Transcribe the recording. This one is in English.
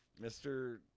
Mr